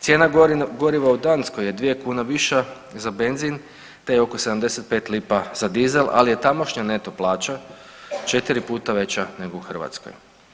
Cijena goriva u Danskoj je 2 kune viša za benzin, te je oko 75 lipa za dizel, ali je tamošnja neto plaća 4 puta veća nego u Hrvatskoj.